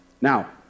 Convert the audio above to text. Now